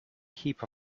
heap